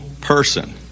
person